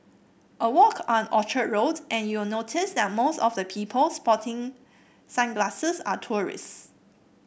a walk on Orchard Road and you'll notice that most of the people sporting sunglasses are tourists